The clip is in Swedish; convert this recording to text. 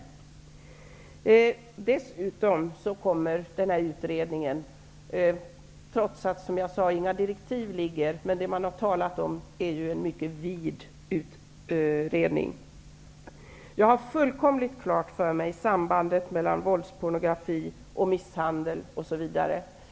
Inga direkiv föreligger, men man har talat om att utredningen kommer att omfatta ett vitt område. Jag har sambandet mellan t.ex. våldspornografi och misshandel fullkomligt klart för mig.